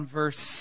verse